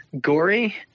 gory